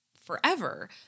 forever